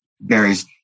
berries